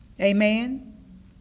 Amen